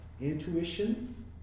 intuition